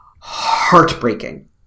heartbreaking